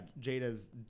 Jada's